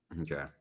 okay